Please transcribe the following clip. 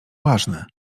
ważne